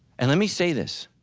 and let me say this,